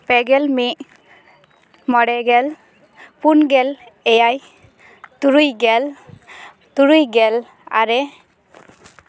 ᱯᱮᱜᱮᱞ ᱢᱤᱫ ᱢᱚᱬᱮ ᱜᱮᱞ ᱯᱩᱱ ᱜᱮᱞ ᱮᱭᱟᱭ ᱛᱩᱨᱩᱭ ᱜᱮᱞ ᱛᱩᱨᱩᱭ ᱜᱮᱞ ᱟᱨᱮ